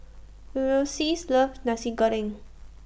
Ulysses loves Nasi Goreng